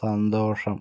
സന്തോഷം